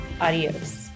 Adios